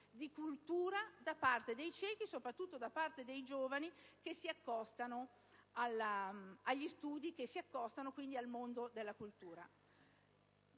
di cultura da parte dei ciechi, soprattutto da parte dei giovani che si accostano agli studi e al mondo della cultura.